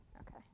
Okay